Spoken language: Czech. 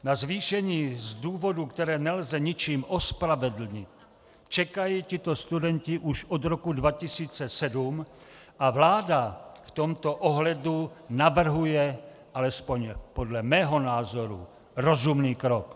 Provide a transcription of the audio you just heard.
Na zvýšení z důvodů, které nelze ničím ospravedlnit, čekají tito studenti už od roku 2007 a vláda v tomto ohledu navrhuje, alespoň podle mého názoru, rozumný krok.